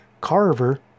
Carver